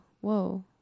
Whoa